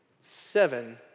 seven